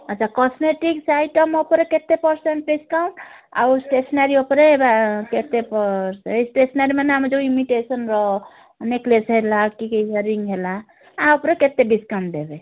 ଆଚ୍ଛା cosmetic item ଉପରେ କେତେ ପର୍ସେଣ୍ଟ୍ ଡ଼ିସ୍କାଉଣ୍ଟ୍ ଆଉ ଟେସ୍ନାରୀ ଉପରେ ବା କେତେ ଏଇ ଟେସ୍ନାରୀ ମାନେ ଆମର ଯୋଉ ଇମିଟେସନ୍ର ନେକ୍ଲେଶ୍ ହେଲା କି ଇୟରିଂ ହେଲା ୟା ଉପରେ କେତେ ଡିସ୍କାଉଣ୍ଟ୍ ଦେବେ